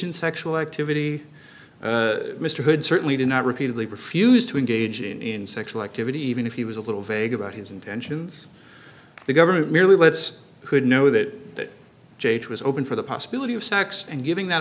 in sexual activity mr hood certainly did not repeatedly refused to engage in sexual activity even if he was a little vague about his intentions the government merely lets could know that jade was open for the possibility of sex and giving that